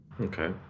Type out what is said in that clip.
Okay